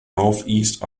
northeast